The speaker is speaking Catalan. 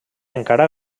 encara